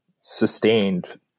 sustained